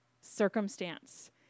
circumstance